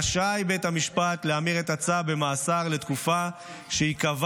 רשאי בית המשפט להמיר את הצו במאסר לתקופה שיקבע